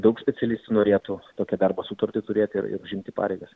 daug specialistų norėtų tokio darbo sutartį turėti ir ir užimti pareigas